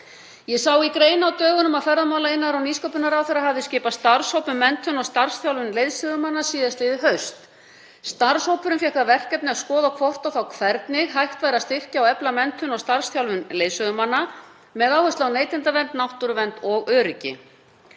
Ég sá í grein á dögunum að ferðamála-, iðnaðar- og nýsköpunarráðherra hefði skipað starfshóp um menntun og starfsþjálfun leiðsögumanna síðastliðið haust. Starfshópurinn fékk það verkefni að skoða hvort og þá hvernig hægt væri að styrkja og efla menntun og starfsþjálfun leiðsögumanna með áherslu á neytendavernd, náttúruvernd og öryggi.